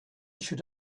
should